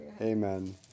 amen